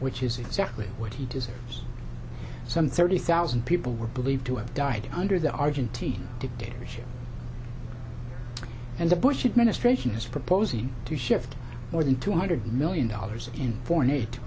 which is exactly what he deserves some thirty thousand people were believed to have died under the argentine dictatorship and the bush administration is proposing to shift more than two hundred million dollars in foreign aid to